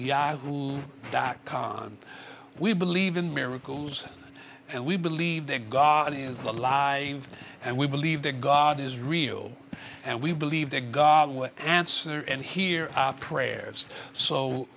yahoo dot com and we believe in miracles and we believe that god is alive and we believe that god is real and we believe that god would answer and hear our prayers so